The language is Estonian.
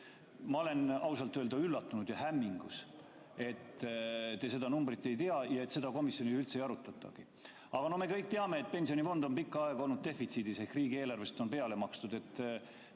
Ma olen ausalt öeldes üllatunud ja hämmingus, et te seda numbrit ei tea ja et seda komisjonis üldse ei arutatudki. Aga nagu me kõik teame, pensionifond on pikka aega olnud defitsiidis ehk riigieelarvest on peale makstud.